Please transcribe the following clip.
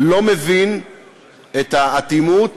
לא מבין את האטימות